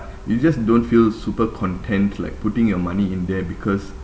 you just don't feel super content like putting your money in there because